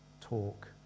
talk